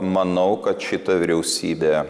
manau kad šita vyriausybė